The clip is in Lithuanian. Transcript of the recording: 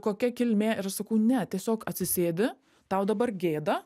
kokia kilmė ir sakau ne tiesiog atsisėdi tau dabar gėda